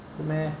really meh